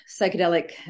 psychedelic